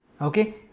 Okay